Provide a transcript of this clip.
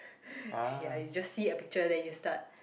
ye you just see a picture then you start